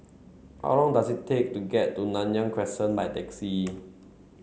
how long does it take to get to Nanyang Crescent by taxi